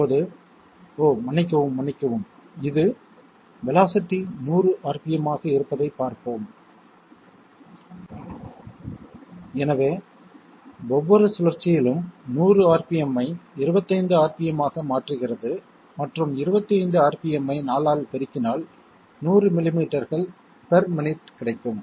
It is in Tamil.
இப்போது ஓ மன்னிக்கவும் மன்னிக்கவும் இது வேலோஸிட்டி 100 rpm ஆக இருப்பதைப் பார்ப்போம் எனவே ஒவ்வொரு சுழற்சியிலும் 100 rpm ஐ 25 rpm ஆக மாற்றுகிறது மற்றும் 25 rpm ஐ 4 ஆல் பெருக்கினால் 100 மில்லிமீட்டர்கள் பெர் மினிட் கிடைக்கும்